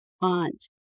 aunt